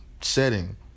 setting